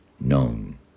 known